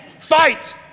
fight